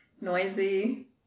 noisy